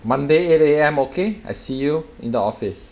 monday eight A_M okay I see you in the office